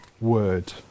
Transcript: word